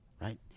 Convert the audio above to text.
right